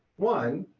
one,